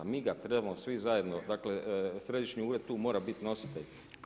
Mi ga trebamo svi zajedno, dakle Središnji ured tu mora biti nositelj.